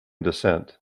descent